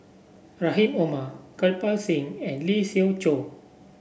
Rahim Omar Kirpal Singh and Lee Siew Choh